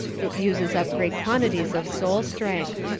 it uses up great quantities of soul strength.